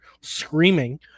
screaming